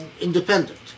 independent